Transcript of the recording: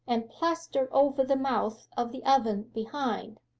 and plastered over the mouth of the oven behind.